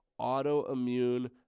autoimmune